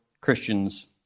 Christians